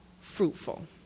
fruitful